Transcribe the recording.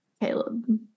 Caleb